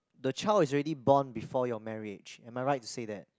the child is already born before your marriage am I right to said that